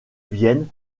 vienne